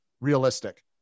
realistic